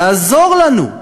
תעזור לנו.